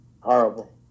horrible